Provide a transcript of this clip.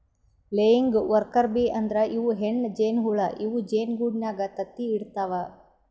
laying worker bee ಅಂದ್ರ ಇವ್ ಹೆಣ್ಣ್ ಜೇನಹುಳ ಇವ್ ಜೇನಿಗೂಡಿನಾಗ್ ತತ್ತಿ ಇಡತವ್